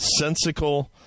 sensical